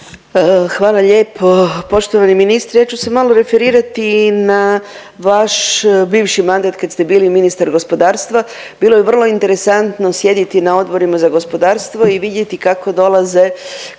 Hvala lijepo. Poštovani ministre ja ću se malo referirati i na vaš bivši mandat kad ste bili ministar gospodarstva, bilo je vrlo interesantno sjediti na odborima za gospodarstvo i vidjeti kako dolaze